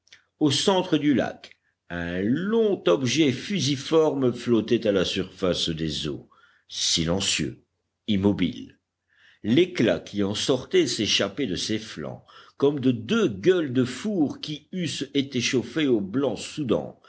au centre du lac un long objet fusiforme flottait à la surface des eaux silencieux immobile l'éclat qui en sortait s'échappait de ses flancs comme de deux gueules de four qui eussent été chauffées au blanc soudant